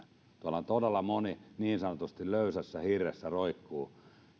tuolla todella moni roikkuu niin sanotusti löysässä hirressä